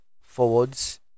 forwards